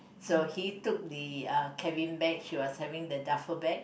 so he took the uh cabin bag she was having the duffel bag